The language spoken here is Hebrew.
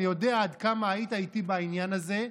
אני יודע עד כמה היית איתי בעניין הזה,